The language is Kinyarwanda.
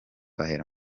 ahera